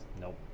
Nope